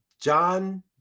John